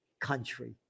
country